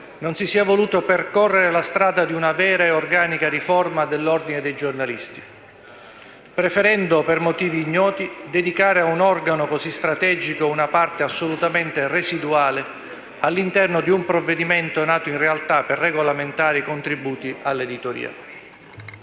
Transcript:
non si sia voluta percorrere la strada di una vera e organica riforma dell'Ordine dei giornalisti, preferendo, per motivi ignoti, dedicare a un organo così strategico una parte assolutamente residuale all'interno di un provvedimento nato in realtà per regolamentare i contributi all'editoria.